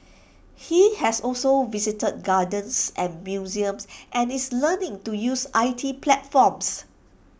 he has also visited gardens and museums and is learning to use I T platforms